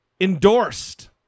endorsed